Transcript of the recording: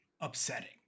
upsetting